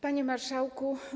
Panie Marszałku!